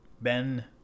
Ben